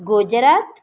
Gujarat